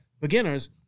beginners